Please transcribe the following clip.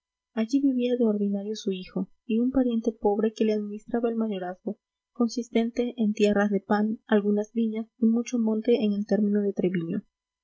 allí vivía de ordinario su hijo y un pariente pobre que le administraba el mayorazgo consistente en tierras de pan algunas viñas y mucho monte en el término de treviño